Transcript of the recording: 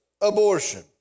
abortion